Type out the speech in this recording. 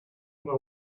would